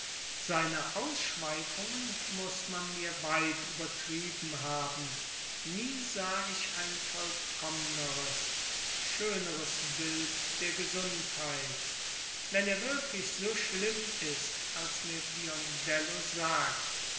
seine ausschweifungen muß man mir weit übertrieben haben nie sah ich ein vollkommneres schöneres bild der gesundheit wenn er wirklich so schlimm ist als mir biondello sagt